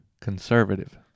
Conservative